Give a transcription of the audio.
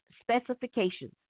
specifications